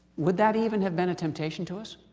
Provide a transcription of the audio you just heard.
would that even have been a temptation to us?